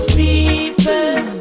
people